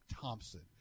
Thompson